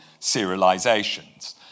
serialisations